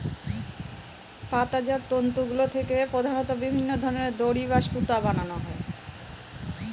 পাতাজাত তন্তুগুলা থেকে প্রধানত বিভিন্ন ধরনের দড়ি বা সুতা বানানো হয়